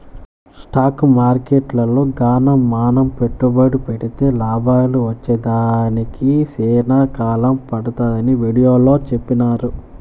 stock మార్కెట్టులో గాన మనం పెట్టుబడి పెడితే లాభాలు వచ్చేదానికి సేనా కాలం పడతాదని వీడియోలో సెప్పినారు